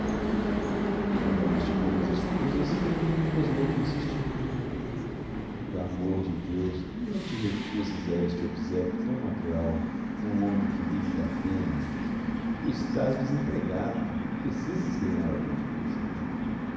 ainda mastigou umas escusas mas o outro insistiu por amor de deus não te recuses a este obséquio tão natural num homem que vive da pena tu estás desempregado precisas ganhar alguma coisa